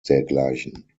dergleichen